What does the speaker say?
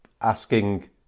asking